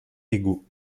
égaux